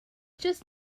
just